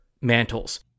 mantles